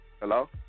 Hello